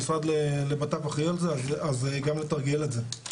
המשרד לבט"פ אחראים על זה אז גם לתרגל את זה.